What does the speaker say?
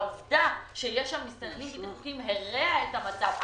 העובדה שיש שם מסתננים בלתי חוקיים הרעה את המצב,